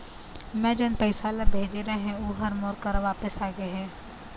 मै जोन पैसा ला भेजे रहें, ऊ हर मोर करा वापिस आ गे हे